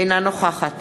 אינה נוכחת